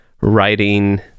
writing